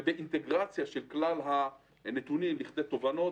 ובאינטגרציה של כלל הנתונים לכדי תובנות: